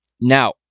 Now